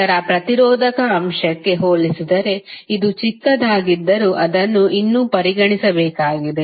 ಇತರ ಪ್ರತಿರೋಧಕ ಅಂಶಕ್ಕೆ ಹೋಲಿಸಿದರೆ ಇದು ಚಿಕ್ಕದಾಗಿದ್ದರೂ ಅದನ್ನು ಇನ್ನೂ ಪರಿಗಣಿಸಬೇಕಾಗಿದೆ